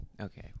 Okay